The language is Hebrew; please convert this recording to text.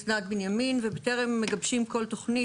בטרם מגבשים כל תוכנית,